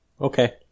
Okay